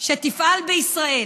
שתפעל בישראל.